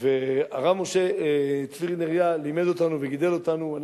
הרב משה צבי נריה לימד אותנו וגידל אותנו,